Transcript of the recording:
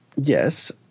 yes